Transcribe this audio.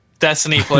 destiny